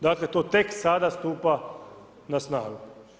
Dakle to tek sada stupa na snagu.